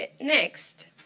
next